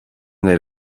they